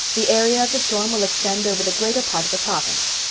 the area of the storm will extend over the greater part of the province.